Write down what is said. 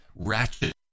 ratchet